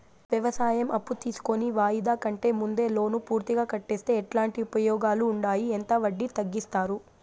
వ్యవసాయం అప్పు తీసుకొని వాయిదా కంటే ముందే లోను పూర్తిగా కట్టేస్తే ఎట్లాంటి ఉపయోగాలు ఉండాయి? ఎంత వడ్డీ తగ్గిస్తారు?